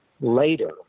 later